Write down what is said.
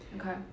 Okay